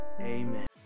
amen